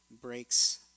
breaks